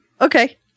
Okay